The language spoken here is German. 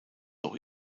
auch